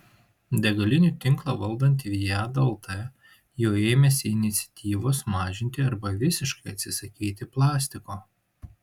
degalinių tinklą valdanti viada lt jau ėmėsi iniciatyvos mažinti arba visiškai atsisakyti plastiko